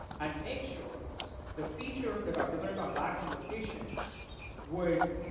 and make sure the features that are dependent on background location would